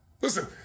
Listen